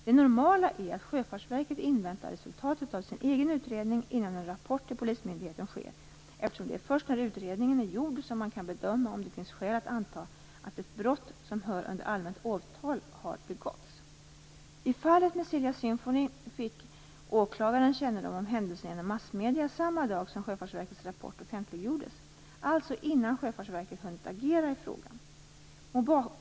Det normala är att Sjöfartsverket inväntar resultatet av sin egen utredning innan en rapport till polismyndigheten sker, eftersom det är först när utredningen är gjord som man kan bedöma om det finns skäl att anta att ett brott som hör under allmänt åtal har begåtts. I fallet med Silja Symphony fick åklagaren kännedom om händelsen genom massmedierna samma dag som Sjöfartsverkets rapport offentliggjordes, alltså innan Sjöfartsverket hunnit agera i frågan.